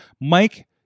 Mike